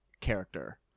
character